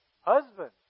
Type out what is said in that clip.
Husband